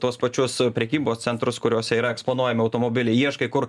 tuos pačios prekybos centrus kuriuose yra eksponuojami automobiliai ieškai kur